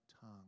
tongue